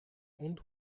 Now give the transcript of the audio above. und